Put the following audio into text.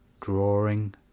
Drawing